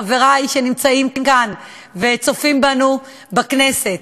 חברי שנמצאים כאן ושצופים בנו בכנסת.